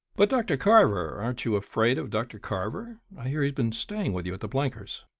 but dr. carver aren't you afraid of dr. carver? i hear he's been staying with you at the blenkers'.